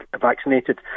vaccinated